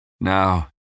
Now